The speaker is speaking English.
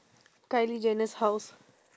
kylie jenner's house